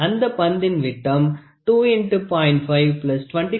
2 மில்லி மீட்டராகும்